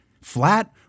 Flat